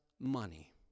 Money